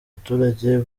abaturage